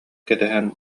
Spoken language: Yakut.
кэтэһэн